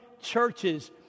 churches